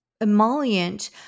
emollient